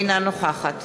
אינה נוכחת